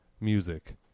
music